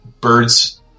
birds